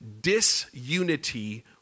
disunity